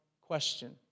question